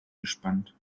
gespannt